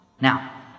Now